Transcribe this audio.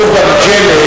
כתוב במג'לה,